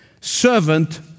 servant